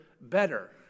better